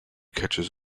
catches